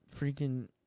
Freaking